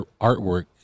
artwork